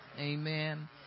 Amen